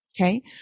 Okay